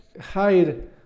hide